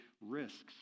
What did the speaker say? risks